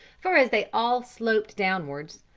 for as they all sloped downwards,